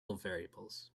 variables